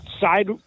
side